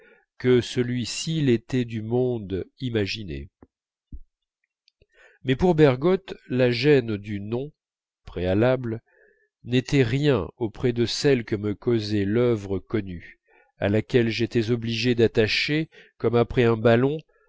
que celui-ci l'était du monde imaginé mais pour bergotte la gêne du nom préalable n'était rien auprès de celle que me causait l'œuvre connue à laquelle j'étais obligé d'attacher comme après un ballon